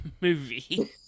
movie